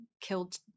killed